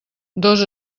dos